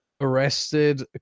arrested